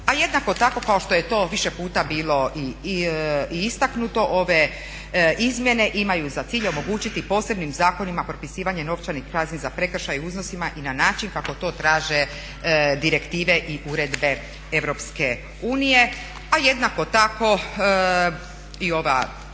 a jednako tako kao što je to više puta bilo i istaknuto ove izmjene imaju za cilj omogućiti posebnim zakonima propisivanje novčanih kazni za prekršaj u iznosima i na način kako to traže direktive i uredbe EU. A jednako tako i ova